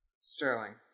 Sterling